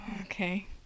Okay